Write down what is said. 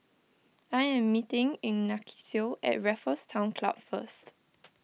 I am meeting Ignacio at Raffles Town Club first